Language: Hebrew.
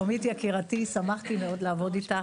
שלומית, יקירתי, שמחתי מאוד לעבוד איתך,